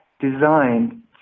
designed